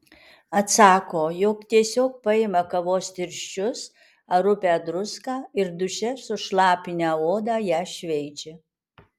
atsako jog tiesiog paima kavos tirščius ar rupią druską ir duše sušlapinę odą ją šveičia